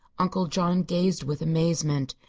uncle john gazed with amazement.